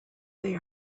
they